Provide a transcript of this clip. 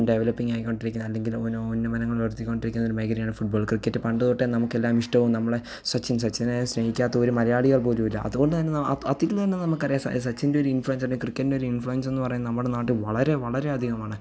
ഡെവലിപ്പിംങായി കൊണ്ടിരിക്കുന്ന അല്ലെങ്കിൽ ഉന്നമനങ്ങളുയർത്തി കൊണ്ടിരിക്കുന്ന ഒരു മേഖലയാണ് ഫുട്ബോൾ ക്രിക്കറ്റ് പണ്ട് തൊട്ടേ നമുക്കെല്ലാം ഇഷ്ടവും നമ്മളെ സച്ചിൻ സച്ചിനെ സ്നേഹിക്കാത്തൊരു മലയാളികൾ പോലും ഇല്ല അതുകൊണ്ട് തന്നെ അത് അതിൽ നിന്ന് തന്നെ നമുക്കറിയാം സച്ചിൻറ്റെയൊരു ഇൻഫ്ലുവൻസൊണ്ട് ക്രിക്കറ്റിനൊരു ഇൻഫ്ലുവൻസെന്ന് പറയുന്നത് നമ്മുടെ നാട്ടിൽ വളരെ വളരെ അധികമാണ്